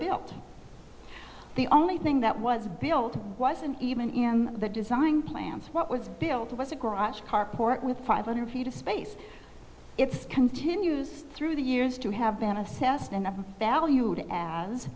built the only thing that was built wasn't even in the design plans what was built was a garage carport with five hundred feet of space it's continues through the years to have been assessed